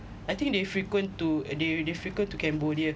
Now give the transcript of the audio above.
I think they frequent to uh they they frequent to cambodia